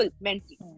mentally